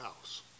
house